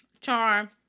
charm